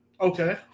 Okay